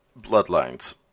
bloodlines